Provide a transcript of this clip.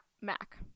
Mac